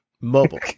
mobile